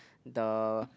the